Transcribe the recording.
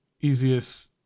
Easiest